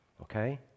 okay